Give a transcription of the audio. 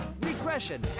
regression